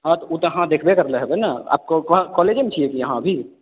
हँ ओ तऽ अहाँ देखबे करने हेबै ने आब अहाँ कॉलेजेमे छियै कि अहाँ अभी